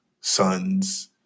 sons